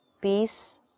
peace